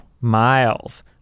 miles